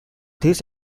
this